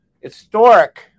historic